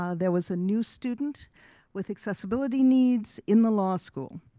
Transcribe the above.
ah there was a new student with accessibility needs in the law school.